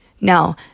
Now